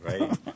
Right